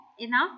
enough